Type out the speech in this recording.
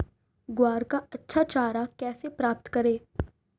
ग्वार का अच्छा चारा कैसे प्राप्त करें?